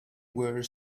were